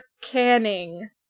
canning